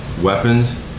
weapons